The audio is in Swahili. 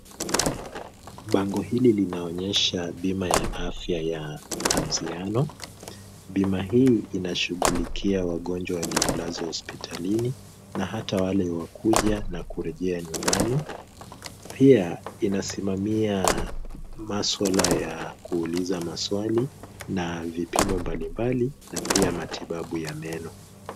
Bango hili linaonyesha bima ya afya ya anziano, bima hii inashughulikia wagonjwa waliolazwa hospitalini na hata wale wa kuja na kurejea nyumbani, pia inasimamia maswala ya kuuliza maswali na vipimo mbalimbali na pia matibabu ya meno.